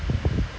not open